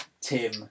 Tim